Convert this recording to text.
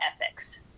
ethics